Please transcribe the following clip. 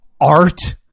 art